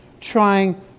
trying